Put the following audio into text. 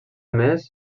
més